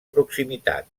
proximitat